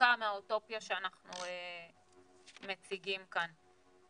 רחוקה מהאוטופיה שאנחנו מציגים כאן.